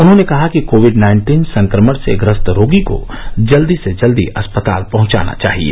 उन्होंने कहा कि कोविड नाइन्टीन संक्रमण से ग्रस्त रोगी को जल्दी से जल्दी अस्पताल पहचाना चाहिए